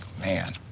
man